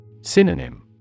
Synonym